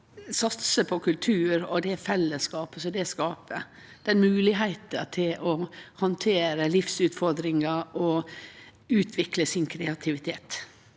satse på kultur og det fellesskapet han skaper, den moglegheita til å handtere livsutfordringar og utvikle kreativiteten